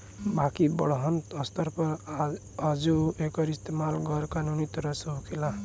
बाकिर बड़हन स्तर पर आजो एकर इस्तमाल गैर कानूनी तरह से होखेला